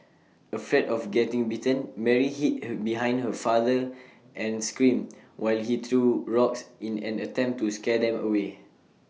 afraid of getting bitten Mary hid have behind her father and screamed while he threw rocks in an attempt to scare them away